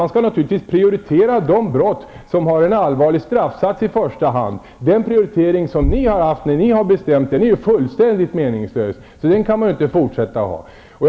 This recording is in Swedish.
Man skall naturligtvis prioritera de brott som har en allvarlig straffsats. Den prioritering som ni har haft när ni har bestämt är fullständigt meningslös. Så kan vi inte fortsätta att ha det.